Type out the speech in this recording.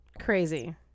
crazy